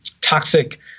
toxic